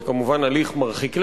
זה כמובן הליך מרחיק לכת,